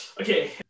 Okay